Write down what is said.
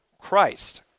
Christ